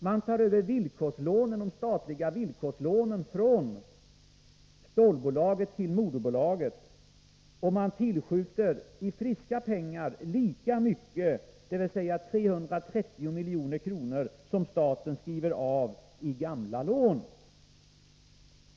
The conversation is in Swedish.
Man tar över de statliga villkorslånen från stålbolaget till moderbolaget, och man tillskjuter i friska pengar lika mycket, dvs. 330 milj.kr., som staten skriver av i gamla lån.